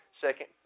second